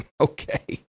Okay